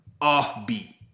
offbeat